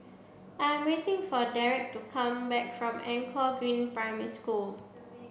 I am waiting for Derrek to come back from Anchor Green Primary School